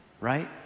right